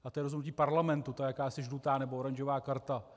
A to je rozhodnutí parlamentu, ta jakási žlutá nebo oranžová karta.